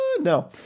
No